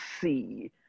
see